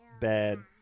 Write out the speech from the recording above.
bad